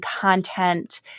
content